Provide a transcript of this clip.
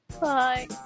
Bye